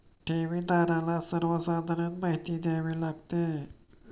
ठेवीदाराला सर्वसाधारण माहिती द्यावी लागते